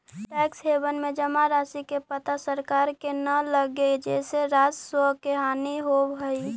tax haven में जमा राशि के पता सरकार के न लगऽ हई जेसे राजस्व के हानि होवऽ हई